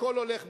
הכול הולך ביחד.